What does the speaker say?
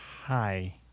Hi